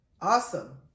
awesome